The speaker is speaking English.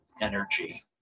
energy